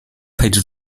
配置